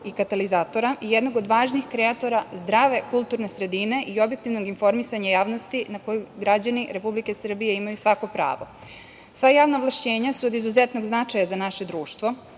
i katalaizatora, jednog od važnih kreatora zdrave kulturne sredine i objektivnog informisanja javnosti, na koju građani Republike Srbije imaju svako pravo. Sva javna ovlašćenja su od izuzetnog značaja za naše društvo